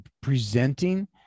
presenting